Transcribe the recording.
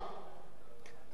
אני מדבר על אנשים